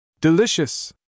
Delicious